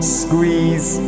squeeze